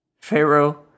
Pharaoh